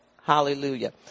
Hallelujah